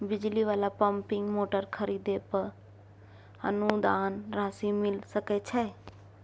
बिजली वाला pumping motor खरीदे पर अनुदान राशि मिल सके छैय?